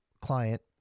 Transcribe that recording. client